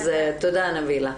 נבילה.